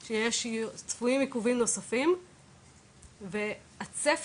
כך ששש עם פליטות נמוכות וארבע זה אלה שדיברת